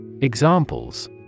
Examples